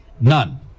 none